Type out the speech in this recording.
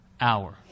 hour